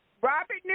Robert